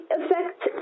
affects